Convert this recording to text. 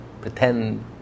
pretend